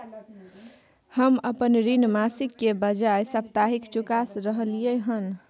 हम अपन ऋण मासिक के बजाय साप्ताहिक चुका रहलियै हन